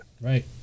Right